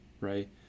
right